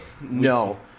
No